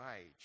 Age